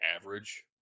average